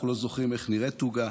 אנחנו לא זוכרים איך נראית עוגה,